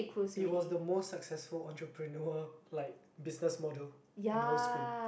it was the most successful entrepreneur like business model in our school